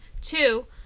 Two